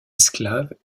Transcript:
esclaves